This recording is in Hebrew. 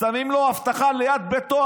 שמים לו אבטחה ליד ביתו,